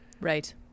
right